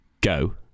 Go